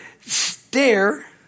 stare